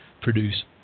produce